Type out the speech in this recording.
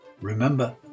Remember